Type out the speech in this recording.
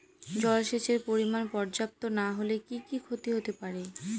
জলসেচের পরিমাণ পর্যাপ্ত না হলে কি কি ক্ষতি হতে পারে?